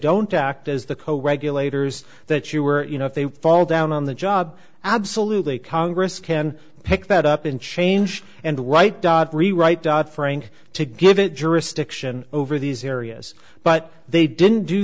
don't act as the co regulators that you are you know if they fall down on the job absolutely congress can pick that up in change and the white dot rewrite dodd frank to give it jurisdiction over these areas but they didn't do